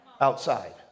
outside